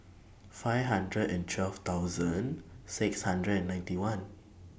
five hundred and twelve thousand six hundred and ninety one